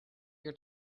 your